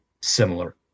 similar